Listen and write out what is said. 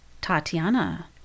Tatiana